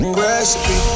recipe